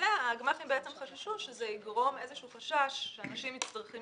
הגמ"חים חששו שזה יגרום לאיזשהו חשש שאנשים יצטרכו